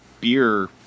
beer